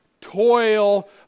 toil